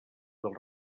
del